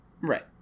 Right